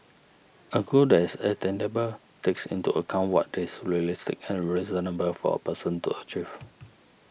a goal that is attainable takes into account what is realistic and reasonable for a person to achieve